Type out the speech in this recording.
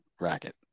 racket